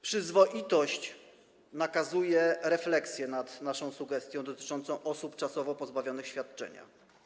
Przyzwoitość nakazuje refleksję nad naszą sugestią dotyczącą osób czasowo pozbawionych świadczenia.